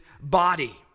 body